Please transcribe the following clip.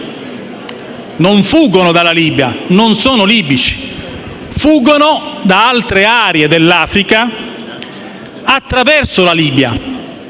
non fuggono dalla Libia; non sono libici. Fuggono da altre aree dell'Africa attraverso la Libia.